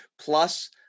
plus